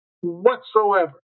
whatsoever